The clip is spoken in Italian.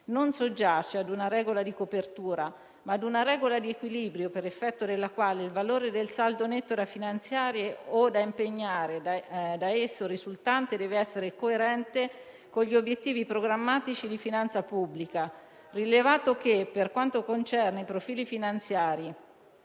non soggiace a una regola di copertura, ma a una regola di equilibrio, per effetto della quale il valore del saldo netto da finanziare o da impegnare da esso risultante deve essere coerente con gli obiettivi programmatici di finanza pubblica; rilevato che, per quanto concerne i profili finanziari,